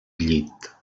llit